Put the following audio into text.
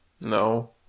No